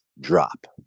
drop